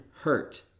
hurt